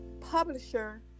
publisher